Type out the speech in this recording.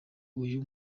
uyu